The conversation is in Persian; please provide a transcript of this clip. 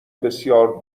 بسیار